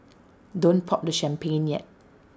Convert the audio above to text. don't pop the champagne yet